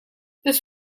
this